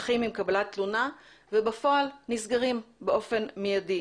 נפתחים עם קבלת תלונה ובפועל נסגרים באופן מיידי,